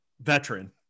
veteran